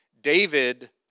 David